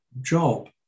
job